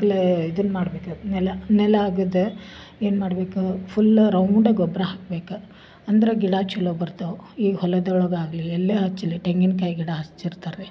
ಗ್ಲೇ ಇದನ್ನ ಮಾಡಬೇಕು ನೆಲ ನೆಲ ಅಗ್ದು ಏನ್ಮಾಡಬೇಕು ಫುಲ್ಲು ರೌಂಡಗೆ ಗೊಬ್ಬರ ಹಾಕ್ಬೇಕು ಅಂದರೆ ಗಿಡ ಚಲೋ ಬರ್ತವು ಈಗ ಹೊಲದ ಒಳಗಾಗಲಿ ಎಲ್ಲೆ ಹಚ್ಲಿ ತೆಂಗಿನಕಾಯಿ ಗಿಡ ಹಚ್ಚಿರ್ತರ್ರೀ